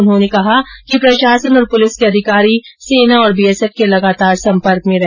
उन्होंने निर्देश दिए कि प्रशासन और पुलिस के अधिकारी सेना और बीएसएफ के साथ लगातार सम्पर्क में रहे